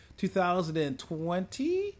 2020